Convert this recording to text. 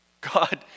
God